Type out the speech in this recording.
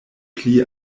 pli